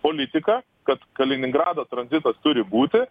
politika kad kaliningrado tranzitas turi būti